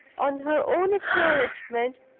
on her own acknowledgment,